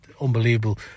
unbelievable